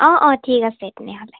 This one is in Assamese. অঁ অঁ ঠিক আছে তেনেহ'লে